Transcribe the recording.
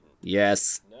Yes